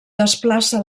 desplaça